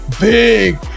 big